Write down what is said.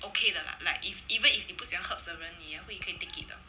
okay 的 lah like if even if 你不喜欢 herbs 的人你也会可以 take it 的